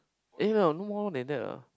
eh no no more than that ah